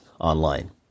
online